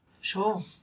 Sure